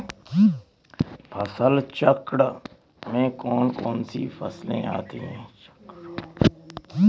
फसल चक्रण में कौन कौन सी फसलें होती हैं?